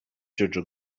jojo